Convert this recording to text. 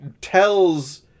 tells